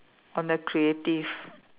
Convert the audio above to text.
on the creative